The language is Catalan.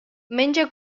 menja